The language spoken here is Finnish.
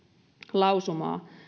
lausumaa